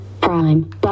Prime